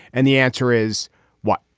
and the answer is what?